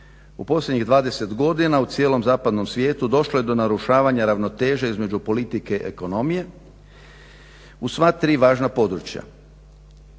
U posljednjih 20. godina u cijelom zapadnom svijetu došlo je do narušavanja ravnoteže između politike i ekonomije u sva tri važna područja.